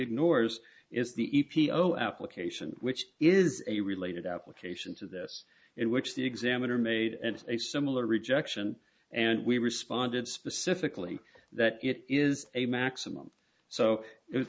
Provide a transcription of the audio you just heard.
ignores is the e p o application which is a related application to this in which the examiner made and a similar rejection and we responded specifically that it is a maximum so if w